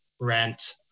rent